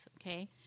okay